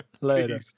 Later